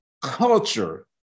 culture